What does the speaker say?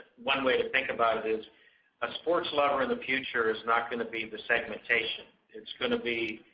one way to think about it is a sports lover in the future is not going to be and the segmentation. it's going to be